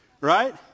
Right